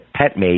Petmate